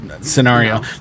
scenario